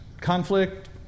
conflict